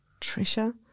Trisha